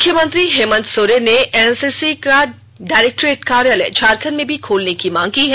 मुख्यमंत्री हेमंत सोरेन ने एनसीसी का डायरेक्टरेट कार्यालय झारखंड में भी खोलने की मांग की है